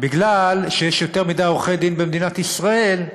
בגלל שיש יותר מדי עורכי-דין במדינת ישראל,